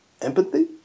empathy